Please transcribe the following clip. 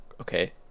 okay